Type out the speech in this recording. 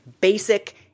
basic